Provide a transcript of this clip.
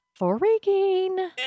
freaking